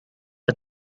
the